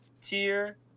tier